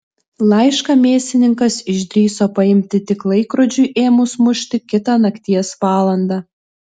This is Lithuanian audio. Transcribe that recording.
laišką mėsininkas išdrįso paimti tik laikrodžiui ėmus mušti kitą nakties valandą